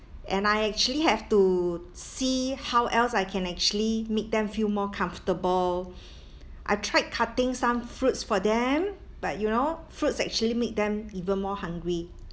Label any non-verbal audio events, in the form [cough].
and I actually have to see how else I can actually make them feel more comfortable [breath] I tried cutting some fruits for them but you know fruits actually make them even more hungry